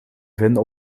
vinden